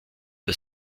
der